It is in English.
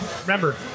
Remember